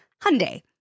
Hyundai